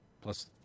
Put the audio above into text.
Plus